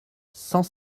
cent